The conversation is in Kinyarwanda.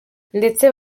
ndetse